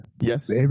Yes